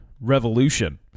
Revolution